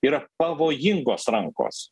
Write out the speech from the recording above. yra pavojingos rankos